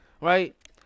right